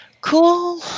Cool